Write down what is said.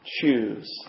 choose